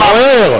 הוא נוער.